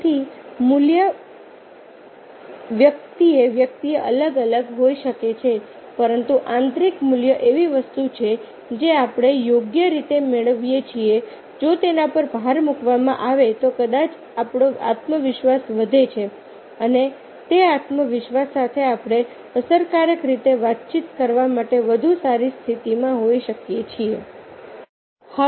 તેથી મૂલ્ય વ્યક્તિએ વ્યક્તિએ અલગ અલગ હોઈ શકે છે પરંતુ આંતરિક મૂલ્ય એવી વસ્તુ છે જે આપણે યોગ્ય રીતે મેળવીએ છીએ જો તેના પર ભાર મૂકવામાં આવે તો કદાચ આપણો આત્મવિશ્વાસ વધે છે અને તે આત્મવિશ્વાસ સાથે આપણે અસરકારક રીતે વાતચીત કરવા માટે વધુ સારી સ્થિતિમાં હોઈ શકીએ છીએ